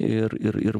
ir ir ir